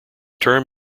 term